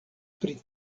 pri